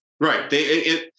Right